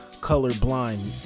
colorblind